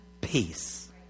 peace